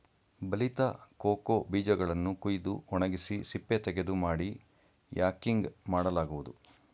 ಬಲಿತ ಕೋಕೋ ಬೀಜಗಳನ್ನು ಕುಯ್ದು ಒಣಗಿಸಿ ಸಿಪ್ಪೆತೆಗೆದು ಮಾಡಿ ಯಾಕಿಂಗ್ ಮಾಡಲಾಗುವುದು